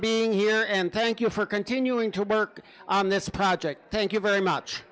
being here and thank you for continuing to work on this project thank you very much